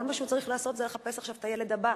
כל מה שהוא צריך לעשות זה לחפש עכשיו את הילד הבא.